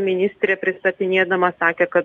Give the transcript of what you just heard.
ministrė pristatinėdama sakė kad